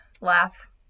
laugh